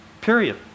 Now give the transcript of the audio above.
Period